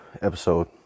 episode